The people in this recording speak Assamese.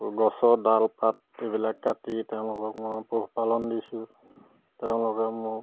গছৰ ডালপাত এইবিলাক কাটি তেওঁলোকক মই পোহ পালন দিছোঁ তেওঁলোকে মোৰ